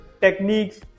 techniques